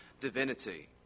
divinity